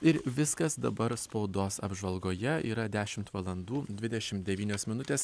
ir viskas dabar spaudos apžvalgoje yra dešimt valandų dvidešimt devynios minutės